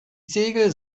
segel